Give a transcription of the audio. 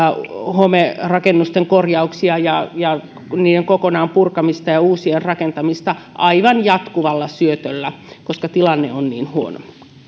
homerakennusten korjauksia ja ja niiden kokonaan purkamista ja uusien rakentamista aivan jatkuvalla syötöllä koska tilanne on niin huono